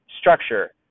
structure